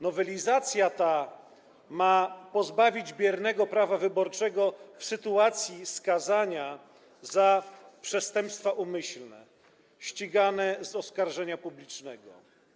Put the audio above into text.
Nowelizacja ta ma pozbawić biernego prawa wyborczego w sytuacji skazania za przestępstwa umyślne ścigane z oskarżenia publicznego.